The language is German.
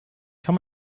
kann